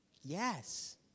yes